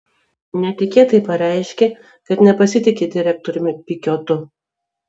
netikėtai pareiškė kad nepasitiki direktoriumi pikiotu